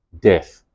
death